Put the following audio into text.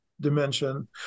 dimension